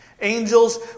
angels